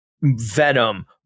Venom